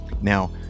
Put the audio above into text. Now